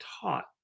taught